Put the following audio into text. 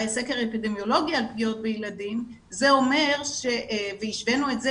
סקר אפידמיולוגי על פגיעות בילדים והשווינו את זה